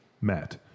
Matt